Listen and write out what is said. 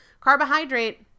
Carbohydrate